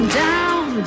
down